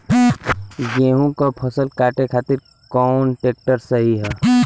गेहूँक फसल कांटे खातिर कौन ट्रैक्टर सही ह?